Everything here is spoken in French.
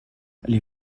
les